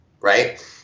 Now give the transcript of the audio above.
right